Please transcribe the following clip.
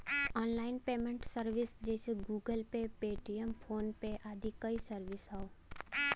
online payment service जइसे Google pay, Paytm, phone pay आदि कई सर्विस हौ